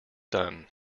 done